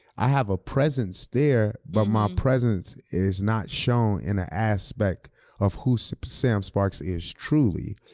i have a presence there, but my presence is not shown in the aspect of who sam sam sparks is truly.